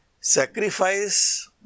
sacrifice